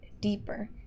deeper